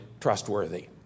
trustworthy